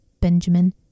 Benjamin